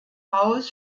haus